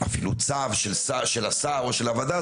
אפילו צו של השר או של הוועדה,